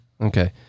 Okay